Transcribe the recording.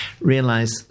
realize